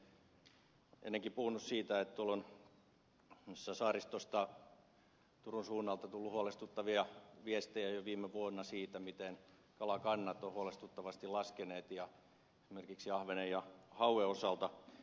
olen ennenkin puhunut siitä että saaristosta turun suunnalta on tullut huolestuttavia viestejä jo viime vuonna siitä miten kalakannat ovat huolestuttavasti laskeneet esimerkiksi ahvenen ja hauen osalta